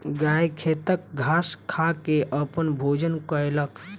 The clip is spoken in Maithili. गाय खेतक घास खा के अपन भोजन कयलक